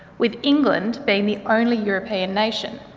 with england being the only european nation.